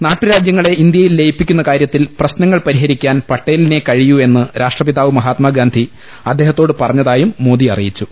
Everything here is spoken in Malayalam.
നാട്ടുരാജ്യങ്ങളെ ഇന്ത്യയിൽ ലയിപ്പിക്കുന്ന കാര്യത്തിൽ പ്രശ്നങ്ങൾ പരിഹരിക്കാൻ പട്ടേലിനെ കഴിയൂ എന്ന് രാഷ്ട്രപിതാവ് മഹാത്മാഗാന്ധി അദ്ദേഹത്തോട് പറ ഞ്ഞതായും മോദി അറിയിച്ചു